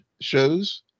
shows